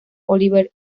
oliver